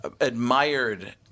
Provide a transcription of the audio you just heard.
admired